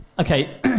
Okay